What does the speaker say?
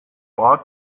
ort